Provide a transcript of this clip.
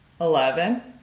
eleven